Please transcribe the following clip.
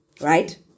Right